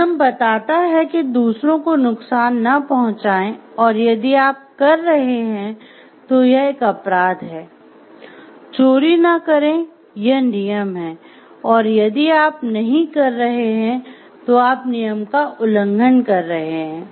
नियम बताता है कि दूसरों को नुकसान न पहुंचाएं और यदि आप कर रहे हैं तो यह एक अपराध है चोरी न करें यह नियम है और यदि आप नहीं कर रहे हैं तो आप नियम का उल्लंघन कर रहे हैं